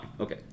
Okay